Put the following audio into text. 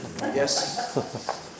Yes